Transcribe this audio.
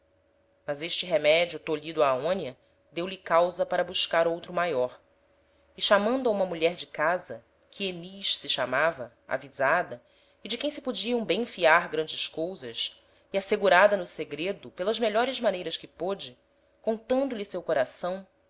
mas este remedio tolhido a aonia deu-lhe causa para buscar outro maior e chamando a uma mulher de casa que enis se chamava avisada e de quem se podiam bem fiar grandes cousas e assegurada no segredo pelas melhores maneiras que pôde contando-lhe seu coração